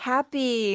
Happy